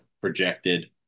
projected